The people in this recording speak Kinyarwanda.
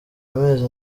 amezi